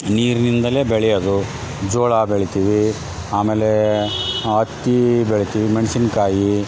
ನೀರಿನಿಂದಲೇ ಬೆಳೆಯದು ಜೋಳ ಬೆಳೆತೀವಿ ಆಮೇಲೆ ಹತ್ತಿ ಬೆಳೆತೀವ್ ಮೆಣಸಿನ್ಕಾಯಿ